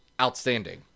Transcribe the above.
outstanding